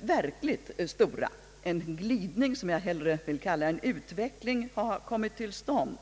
verkligt stora. En glidning, som jag hellre vill kalla en utveckling, har kommit till stånd.